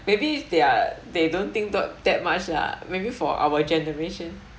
maybe they're they don't think thought that much lah maybe for our generation